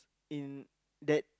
in that